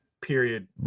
period